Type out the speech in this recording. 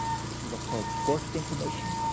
so, this is what's called supportive information.